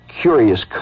curious